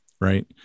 Right